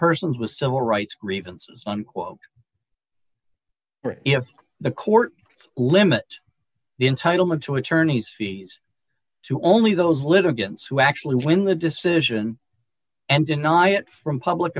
persons with civil rights grievances unquote if the court limit the entitlement to attorneys fees to only those little against who actually win the decision and deny it from public